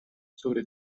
sobre